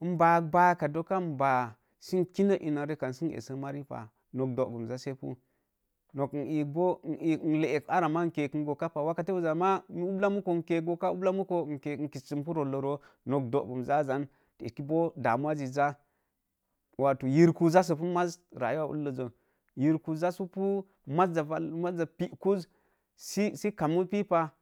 n baak baak ka dokka n baa sə ki nə nrekan sə essa mari pah, nok doogum zasepu. Nok nii boon leek arra maa n kekə gookat pa, nok dogum zasse pu, ubla munko nke ubla muko n leek arra sə kekə gokak pa wakate uzza maa ubla muko n keek goka, ubla n keek goka ubla muko n kissə rollo roo nok dagum jajan, eki boo damuwa sə ja. Wato yirku zassəpu maz rayuwa ullə sə, yirku zassə pu, maza valle, maza piiku sə kamu pipah.